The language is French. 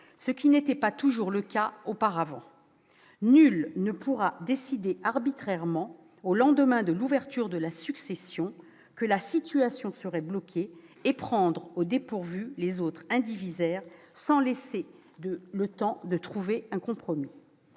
ce qui n'était pas toujours le cas auparavant. Nul ne pourra arbitrairement, au lendemain de l'ouverture de la succession, décider de bloquer la situation et prendre au dépourvu les autres indivisaires sans laisser le temps de trouver un compromis.